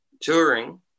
touring